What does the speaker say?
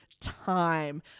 time